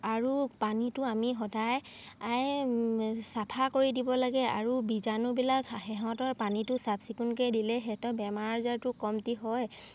আৰু পানীটো আমি সদায় চাফা কৰি দিব লাগে আৰু বীজাণুবিলাক সিহঁতৰ পানীটো চাফ চিকুণকৈ দিলে সিহঁতৰ বেমাৰ আজাৰটো কমটি হয়